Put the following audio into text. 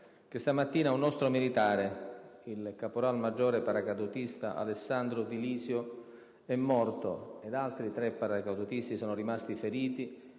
odierna un nostro militare, il caporal maggiore paracadutista Alessandro Di Lisio, è morto e altri tre paracadutisti sono rimasti feriti